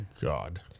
God